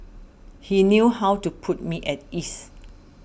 he knew how to put me at ease